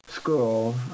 school